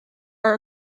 are